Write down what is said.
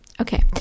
Okay